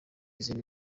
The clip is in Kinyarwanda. izindi